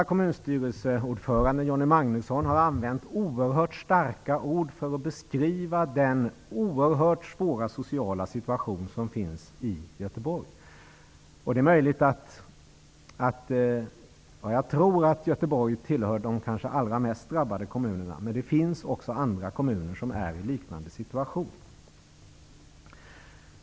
Magnusson har använt oehört starka ord för att beskriva den enormt svåra sociala situation som finns i Göteborg. Jag tror att Göteborg hör till de allra mest drabbade kommunerna. Men det finns också andra kommuner som är i en liknande situation.